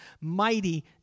mighty